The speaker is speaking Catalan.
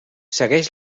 segueix